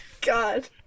God